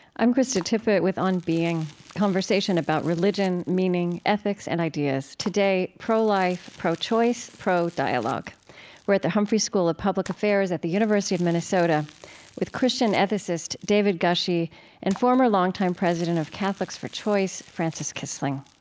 i'm krista tippett with on being conversation about religion, meaning ethics, and ideas. today, pro-life, pro-choice, pro-dialogue. we're at the humphrey school of public affairs at the university of minnesota with christian ethicist david gushee and former longtime president of catholics for choice, frances kissling.